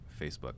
Facebook